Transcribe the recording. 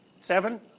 Seven